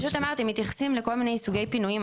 אני פשוט אמרתי, מתייחסים לכל מיני סוגי פינויים.